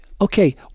okay